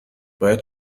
باید